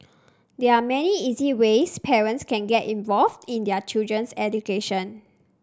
there are many easy ways parents can get involved in their children's education